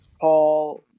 Paul